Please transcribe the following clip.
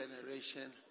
generation